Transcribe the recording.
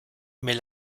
mais